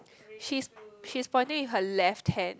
she's she's pointing with her left hand